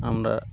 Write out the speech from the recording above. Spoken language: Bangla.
আমরা